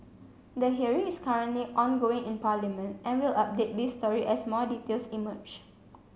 the hearing is currently ongoing in parliament and we'll update this story as more details emerge